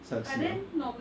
succeed